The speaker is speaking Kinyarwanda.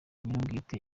nyirubwite